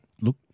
look